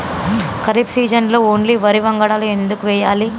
ఖరీఫ్ సీజన్లో ఓన్లీ వరి వంగడాలు ఎందుకు వేయాలి?